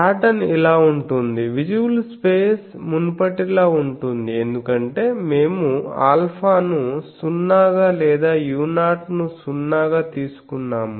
pattern ఇలా ఉంటుంది visible space మునుపటిలా ఉంటుంది ఎందుకంటే మేము ఆల్ఫాను సున్నాగా లేదా u0 ను సున్నాగా తీసుకున్నాము